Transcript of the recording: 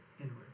inward